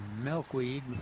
milkweed